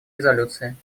резолюций